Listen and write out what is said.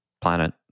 planet